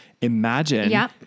Imagine